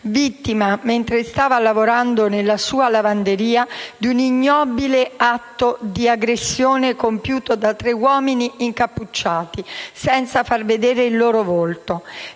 vittima, mentre stava lavorando nella sua lavanderia, di un ignobile atto di aggressione compiuto da tre uomini incappucciati, che nascondevano il loro volto.